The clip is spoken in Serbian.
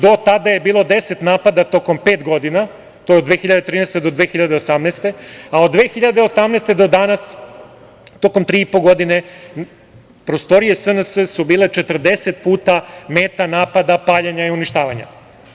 Do tada je bilo 10 napada tokom pet godina, od 2013. do 2018. godine, a od 2018. godine do danas tokom tri i po godine prostorije SNS su bile 40 puta meta napada, paljenja i uništavanja.